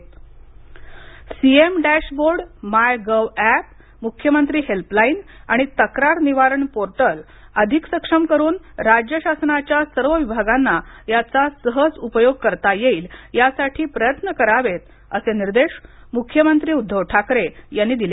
मुख्यमंत्री CM dashboard my gov app मुख्यमंत्री helpline आणि तक्रार निवारण पोर्टल अधिक सक्षम करून राज्य शासनाच्या सर्व विभागांना याचा सहज उपयोग करता येईल यासाठी प्रयत्न करावेत असे निर्देश मुख्यमंत्री उद्दव ठाकरे यांनी दिले